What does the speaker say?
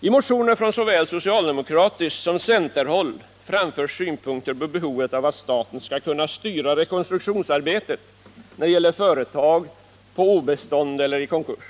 I motioner från såväl socialdemokratiskt håll som centerhåll framförs synpunkter på behovet av att staten skall kunna styra rekonstruktionsarbetet när det gäller företag på obestånd eller i konkurs.